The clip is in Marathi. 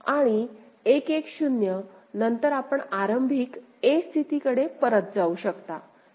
आणि 1 1 0 नंतर आपण प्रारंभिक a स्थितीकडे परत जाऊ शकता